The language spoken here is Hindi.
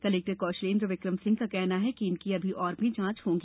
कलेक्टर कौशलेन्द्र विक्रम सिंह का कहना है कि इनकी अभी और भी जांच होगी